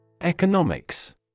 Economics